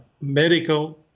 medical